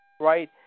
Right